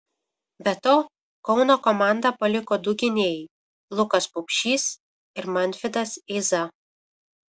be to kauno komandą paliko du gynėjai lukas pupšys ir mantvydas eiza